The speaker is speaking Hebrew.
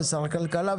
שר הכלכלה,